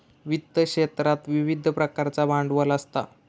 वित्त क्षेत्रात विविध प्रकारचा भांडवल असता